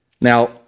Now